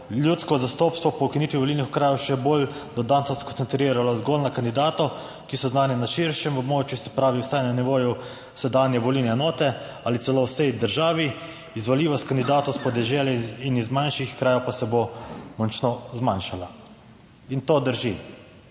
ljudsko zastopstvo po ukinitvi volilnih okrajev še bolj do danes(?) skoncentriralo zgolj na kandidate, ki so znani na širšem območju, se pravi vsaj na nivoju sedanje volilne enote ali celo v vsej državi, izvoljivost kandidatov s podeželja in iz manjših krajev pa se bo močno zmanjšala. **39.